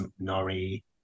Nori